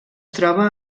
troba